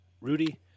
Rudy